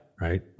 Right